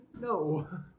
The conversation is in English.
no